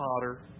potter